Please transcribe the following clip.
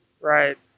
right